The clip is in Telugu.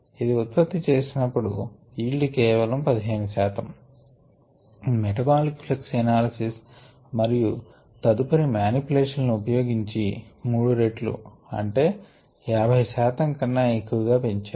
ఇది ఉత్పత్తి చేసినపుడు ఈల్డ్ కేవలం 15 శాతము మెటబాలిక్ ప్లక్స్ ఎనాలిసిస్ మరియు తదుపరి మానిప్యులేషన్ లను ఉపయోగించి 3రెట్లు అంటే 50శాతం కన్నా ఎక్కువగా పెంచారు